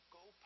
go